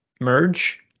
merge